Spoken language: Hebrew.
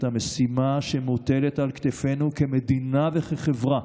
המשימה שמוטלת על כתפינו כמדינה וכחברה.